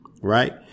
Right